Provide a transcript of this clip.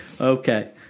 Okay